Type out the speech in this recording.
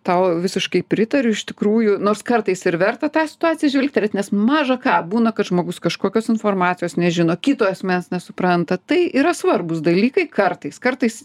tau visiškai pritariu iš tikrųjų nors kartais ir verta tą situaciją žvilgterėt nes maža ką būna kad žmogus kažkokios informacijos nežino kito asmens nesupranta tai yra svarbūs dalykai kartais kartais